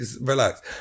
relax